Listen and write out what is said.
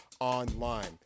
online